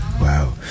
wow